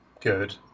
good